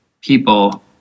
people